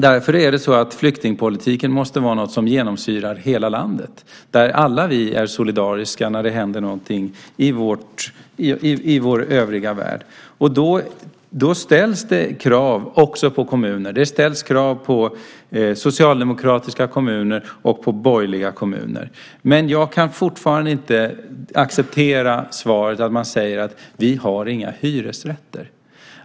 Därför måste flyktingpolitiken vara något som genomsyrar hela landet - alla måste vi vara solidariska när någonting händer i övriga världen. Då ställs det krav också på kommuner. Det ställs krav både på socialdemokratiska kommuner och på borgerliga kommuner. Jag kan fortfarande inte acceptera svaret: Vi har inga hyresrätter.